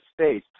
space